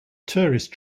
tourist